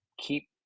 keep